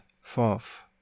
fourth